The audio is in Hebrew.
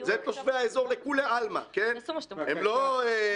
זה תושבי אזור לכולי עלמא, הם לא אזרחים שלנו.